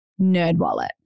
Nerdwallet